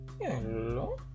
Hello